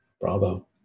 Bravo